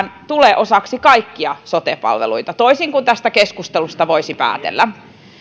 tule osaksi kaikkia sote palveluita toisin kuin tästä keskustelusta voisi päätellä